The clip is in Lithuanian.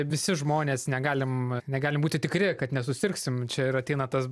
visi žmonės negalim negalim būti tikri kad nesusirgsim čia ir ateina tas